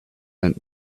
and